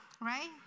right